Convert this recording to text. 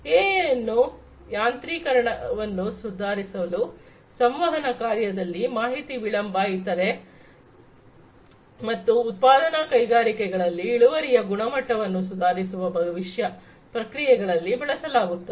AI ಅನ್ನು ಯಾಂತ್ರಿಕರಣವನ್ನು ಸುಧಾರಿಸಲು ಸಂವಹನ ಕಾರ್ಯದಲ್ಲಿ ಮಾಹಿತಿಯ ವಿಳಂಬ ಇತರೆ ಮತ್ತು ಉತ್ಪಾದನಾ ಕೈಗಾರಿಕೆಗಳಲ್ಲಿ ಇಳುವರಿಯ ಗುಣಮಟ್ಟವನ್ನು ಸುಧಾರಿಸುವ ಭವಿಷ್ಯ ಪ್ರಕ್ರಿಯೆಗಳಲ್ಲಿ ಬಳಸಲಾಗುತ್ತದೆ